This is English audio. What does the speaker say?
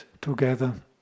together